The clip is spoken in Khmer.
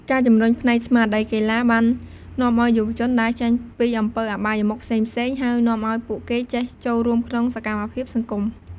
ការជម្រុញផ្នែកស្មារតីកីឡា បាននាំឲ្យយុវជនដើរចេញពីអំពើអបាយមុខផ្សេងៗ ហើយនាំអោយពួកគេចេះចូលរួមក្នុងសកម្មភាពសង្គម។